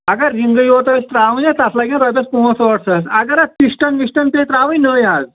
اَگر رِنٛگٕے یوت أسۍ تراوٕنۍ حظ تَتھ لَگَن رۄپیَس پانٛژھ ٲٹھ ساس اَگر اَتھ سِسٹَم وِسٹَم پیٚیہِ تراوٕنۍ نٔوۍ حظ